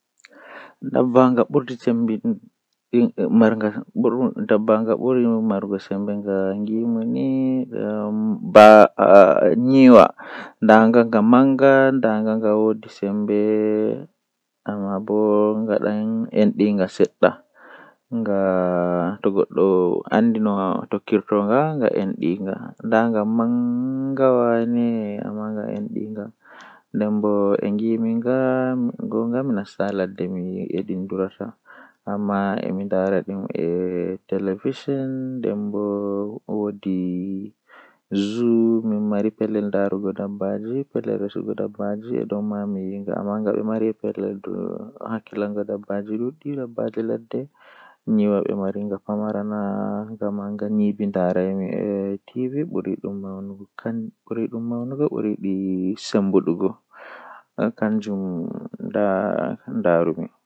Ko ɗum no waawugol, kono neɗɗo waɗataa waɗde heɓde sooyɗi e waɗal ɓuri. Nde a waawi heɓde sooyɗi, ɗuum njogitaa goongɗi e jam e laaɓugol. Kono nde a heɓi njogordu e respect, ɗuum woodani waawugol ngir heɓde hakkilagol e njarɗi, njikataaɗo goongɗi. Nde e waɗi wattan, ko waɗa heɓde respet e ɓuri jooni,